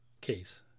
case